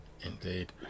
Indeed